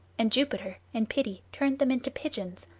and jupiter in pity turned them into pigeons,